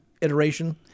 iteration